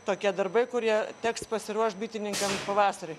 tokie darbai kurie teks pasiruošt bitininkams pavasariui